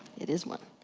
it is one.